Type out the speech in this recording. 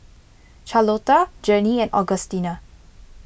Charlotta Journey and Augustina